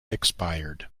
expired